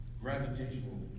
gravitational